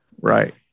Right